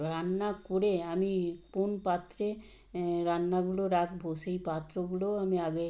রান্না করে আমি কোন পাত্রে রান্নাগুলো রাখব সেই পাত্রগুলোও আমি আগে